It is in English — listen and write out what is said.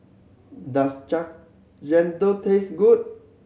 does chendol taste good